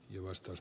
juostais